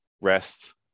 rest